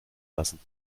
lassen